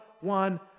one